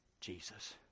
Jesus